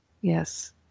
yes